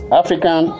african